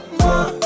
more